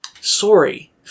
Sorry